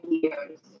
years